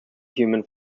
human